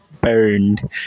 burned